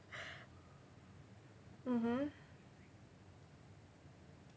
mmhmm